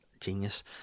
Genius